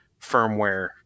firmware